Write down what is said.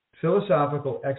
philosophical